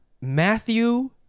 matthew